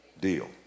deal